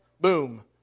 Boom